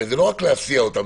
הרי זה לא רק להסיע אותם,